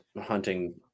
hunting